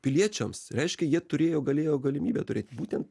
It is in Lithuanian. piliečiams reiškia jie turėjo galėjo galimybę turėt būtent